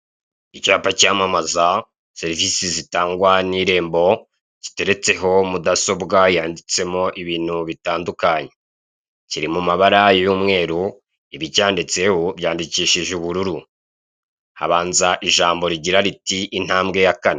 Icyapa cyamamaza serivizi zitangwa n'irembo giteretseho mudasobwa yanditsemo ibintu bitandukanye kiri mumabara y'umweru ibicyanditseho byandikishije ubururu, habanza ijambo rigira riti intambwe ya kane.